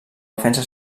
defensa